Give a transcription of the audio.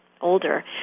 older